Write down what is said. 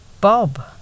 Bob